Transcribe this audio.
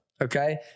okay